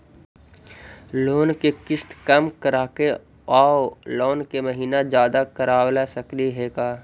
Loan के किस्त कम कराके औ लोन के महिना जादे करबा सकली हे का?